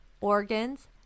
organs